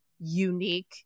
unique